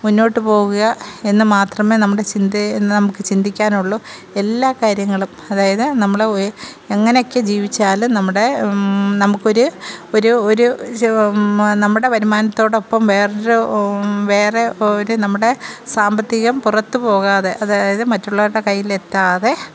മുന്നോട്ട് പോവുക എന്ന് മാത്രമേ നമ്മുടെ ചിന്തയെ നമുക്ക് ചിന്തിക്കാനുള്ളൂ എല്ലാ കാര്യങ്ങളും അതായത് നമ്മൾ എങ്ങനെയൊക്കെ ജീവിച്ചാലും നമ്മുടെ നമുക്കൊരു ഒരു ഒരു നമ്മുടെ വരുമാനത്തോടൊപ്പം വേറൊരു വേറെ ഒരു നമ്മുടെ സാമ്പത്തികം പുറത്ത് പോകാതെ അതായത് മറ്റുള്ളവരുടെ കയ്യില് എത്താതെ